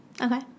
Okay